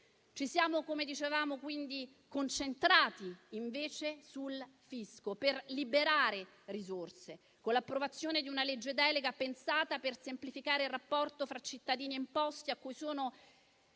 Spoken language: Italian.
Ci siamo quindi concentrati invece sul fisco per liberare risorse con l'approvazione di una legge delega pensata per semplificare il rapporto fra cittadini e imposte a cui sono